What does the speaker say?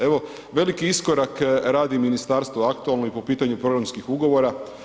Evo, veliki iskorak radi ministarstva aktualno i po pitanju programskih ugovora.